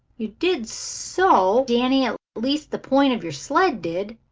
you did so, danny at least, the point of your sled did,